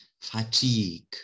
fatigue